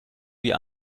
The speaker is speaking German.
wie